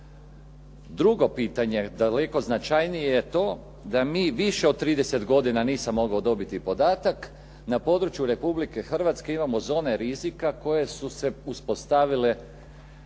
Drugo pitanje daleko značajnije je to da mi više od 30 godina, nisam mogao dobiti podatak, na području Republike Hrvatske imamo zone rizika koje su se uspostavile,